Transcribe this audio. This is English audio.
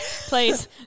Please